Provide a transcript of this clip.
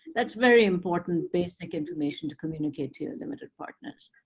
that's very important basic information to communicate to your limited partners,